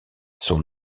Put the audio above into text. son